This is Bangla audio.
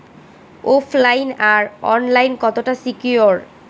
ওফ লাইন আর অনলাইন কতটা সিকিউর?